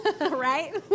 right